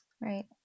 Right